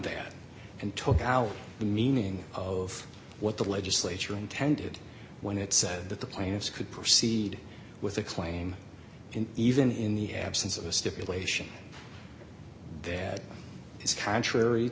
that and took out the meaning of what the legislature intended when it said that the plaintiffs could proceed with a claim in even in the absence of a stipulation that is contrary